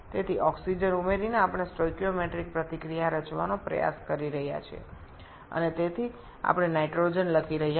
সুতরাং অক্সিজেন যুক্ত করে আমরা স্টোচিওমেট্রিক প্রতিক্রিয়া গঠনের চেষ্টা করছি এবং তাই আমরা নাইট্রোজেন লিখছি না